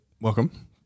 welcome